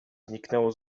zniknęło